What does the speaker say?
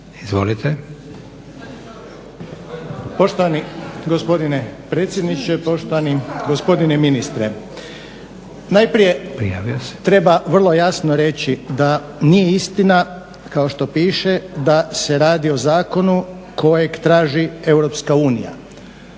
(HDZ)** Poštovani gospodine predsjedniče, poštovani gospodine ministre. Najprije treba vrlo jasno reći da nije istina kao što piše da se radi o zakonu kojeg traži EU. To nije